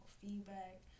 feedback